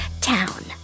town